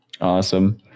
Awesome